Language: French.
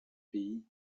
pays